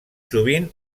sovint